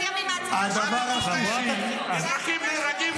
הוא סיים עם ------ הדבר השלישי --- אזרחים נהרגים פה,